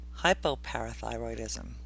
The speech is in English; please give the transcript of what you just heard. Hypoparathyroidism